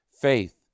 faith